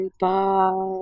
Bye